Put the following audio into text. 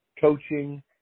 coaching